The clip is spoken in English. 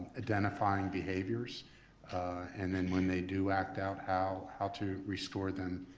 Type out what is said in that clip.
identifying behaviors and then when they do act out, how how to restore them,